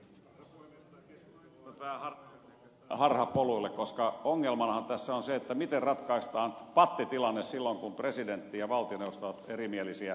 tämä keskustelu alkaa mennä harhapoluille koska ongelmanahan tässä on se miten ratkaistaan pattitilanne silloin kun presidentti ja valtioneuvosto ovat erimielisiä